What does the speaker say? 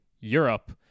Europe